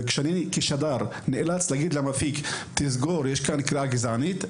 וכשאני כשדר נאלץ להגיד למפיק תסגור יש כאן קריאה גזענית,